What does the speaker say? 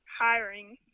hiring